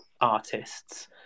artists